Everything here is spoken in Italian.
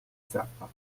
zappa